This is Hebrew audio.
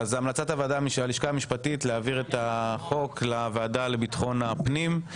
אז המלצת הלשכה המשפטית היא להעביר את החוק לוועדה לביטחון הפנים.